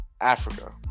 Africa